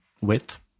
width